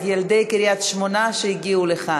מתנגדים, אין נמנעים.